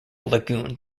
lagoon